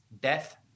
death